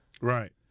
Right